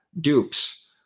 dupes